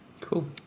cool